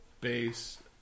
base